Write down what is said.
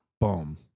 boom